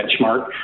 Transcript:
benchmark